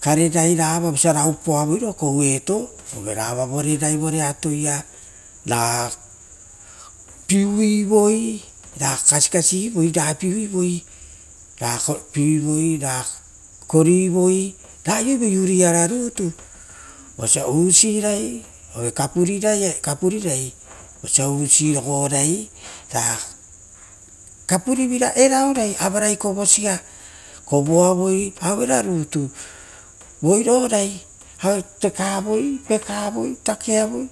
karerai vosa re upoavoi ro koueto, rava vorerai vore atoia, rapiui voi ra kasikasi ivoi, piuivoi, rapi ivoi ra kori vo, na aioivoi umiara, vosia usina oira kapurirai osia usirogorai, kapurivina erao rai, avarai korosia. Koroavoi auera nitu voiro rai aue tekavoi, takeavoi.